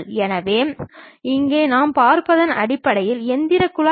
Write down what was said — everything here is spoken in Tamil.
எனவே இங்கே நாம் பார்ப்பது அடிப்படையில் இயந்திரக் குழாய்